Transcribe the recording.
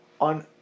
on